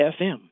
FM